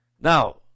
Now